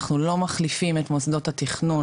אנחנו לא מחליפים את מוסדות התכנון,